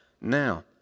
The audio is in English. now